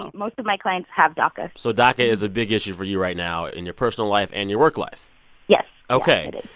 ah most of my clients have daca so daca is a big issue for you right now in your personal life and your work life yes. yes, it is